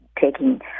taking